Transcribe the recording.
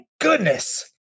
goodness